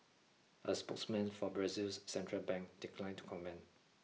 a spokesman for Brazil's central bank declined to comment